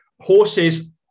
horses